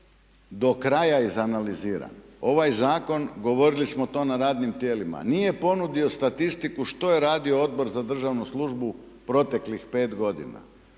do kraja izanaliziran, ovaj zakon govorili smo to na radnim tijelima nije ponudio statistiku što je radio Odbor za državnu službu proteklih 5 godina.